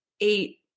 eight